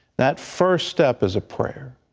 that first step is a prayer.